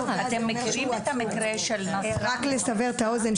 רק לסבר את האוזן.